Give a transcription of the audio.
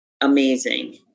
Amazing